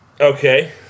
Okay